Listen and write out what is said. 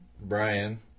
Brian